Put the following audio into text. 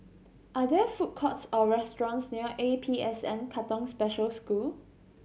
are there food courts or restaurants near A P S N Katong Special School